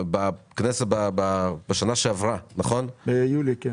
בשנה שעברה -- כן, ביולי.